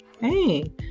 hey